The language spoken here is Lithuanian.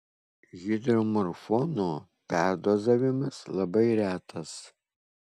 hidromorfono perdozavimas labai retas